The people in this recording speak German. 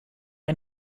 ein